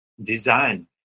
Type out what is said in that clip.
design